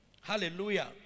Hallelujah